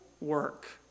Work